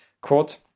Quote